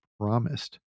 promised